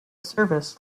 service